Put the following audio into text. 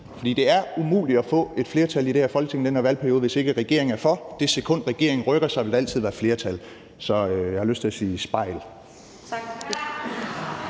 for det er umuligt at få et flertal i den her valgperiode, hvis ikke regeringen er for. Det sekund regeringen rykker sig, vil der altid være et flertal. Så jeg har lyst til at sige: Spejl.